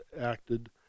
acted